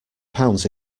pounds